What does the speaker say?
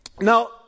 Now